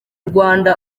rwanda